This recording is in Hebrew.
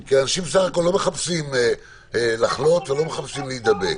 כי אנשים בסך הכול לא מחפשים לחלות ולא מחפשים להידבק.